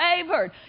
favored